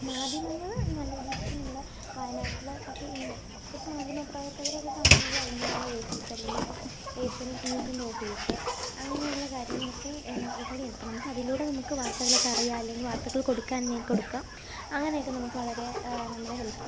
മാധ്യമങ്ങൾ നല്ല രീതിയ്ക്ക് നമ്മളെ വയനാട്ടിൽ ഒക്കെ ഉണ്ട് നമുക്കിപ്പോൾ മാധ്യമ പ്രവർത്തകരെയൊക്കെ കാണണമെങ്കിൽ അതിൻ്റെതായ ഓഫീസ് അല്ലെങ്കിൽ ഇപ്പം ഏഷ്യാനെറ്റ് ന്യൂസിൻ്റെ ഓഫീസ് അങ്ങനെയുള്ള കാര്യങ്ങളൊക്കെ ഇവിടെയുണ്ട് അപ്പം നമുക്ക് അതിലൂടെ നമുക്ക് വാർത്തകളൊക്കെ അറിയാം അല്ലെങ്കിൽ വാർത്തൾ കൊടുക്കുന്നുണ്ടെങ്കിൽ കൊടുക്കാം അങ്ങനെയൊക്കെ നമ്മുക്ക് വളരെ നമ്മളെ ഹെല്പ് ചെയ്യും